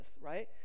right